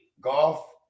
golf